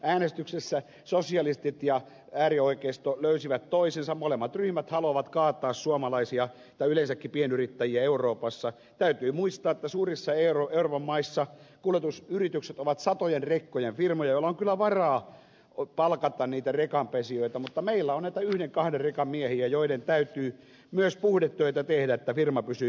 äänestyksessä sosialistit ja äärioikeisto löysivät toisensa molemmat ryhmät haluavat kaataa suomalaisia ja yleensäkin pienyrittäjiä euroopassa täytyy muistaa suurissa euron arvon maissa kulutus yritykset ovat satojen rekkojen firmojaalan tavaraa on palkata niitä liikaa pesijöitä mutta meillä on yli kahden rekan miehiä joiden täytyy myös puhdetöitä tehdä wilma pysyy